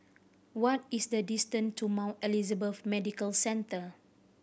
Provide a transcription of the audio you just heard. what is the distance to Mount Elizabeth Medical Centre